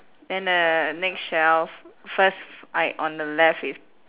then the next shelf first I on the left is